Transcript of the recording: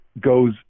goes